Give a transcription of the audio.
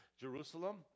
Jerusalem